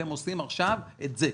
אתם עושים עכשיו את זה.